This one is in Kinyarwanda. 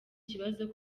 kibazo